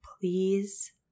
please